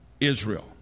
Israel